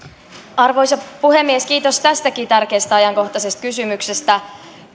arvoisa puhemies kiitos tästäkin tärkeästä ajankohtaisesta kysymyksestä